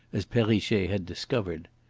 as perrichet had discovered.